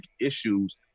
issues